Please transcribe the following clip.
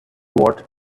what